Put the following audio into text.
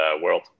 world